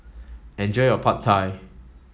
enjoy your Pad Thai